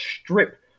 strip